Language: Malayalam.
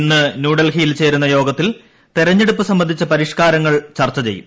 ഇന്ന് ന്യൂഡൽഹിയിൽ ചേരുന്ന യോഗത്തിൽ തെരഞ്ഞെടുപ്പ് സംബന്ധിച്ച പരിഷ്കാരങ്ങൾ പ്പൂർച്ച ചെയ്യും